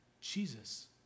Jesus